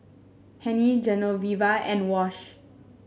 Hennie Genoveva and Wash